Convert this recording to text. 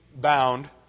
bound